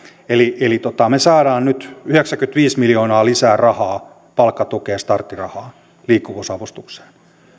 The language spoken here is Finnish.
me saamme nyt yhdeksänkymmentäviisi miljoonaa lisää rahaa palkkatukeen ja starttirahaan liikkuvuusavustukseen